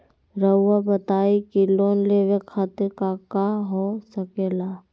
रउआ बताई की लोन लेवे खातिर काका हो सके ला?